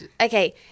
Okay